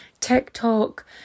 TikTok